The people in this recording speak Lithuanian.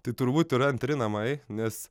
tai turbūt yra antri namai nes